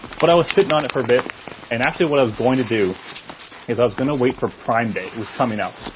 but i was sitting on it for a bit and actually what i was going to do is i was going to wait for prime day. it was coming up.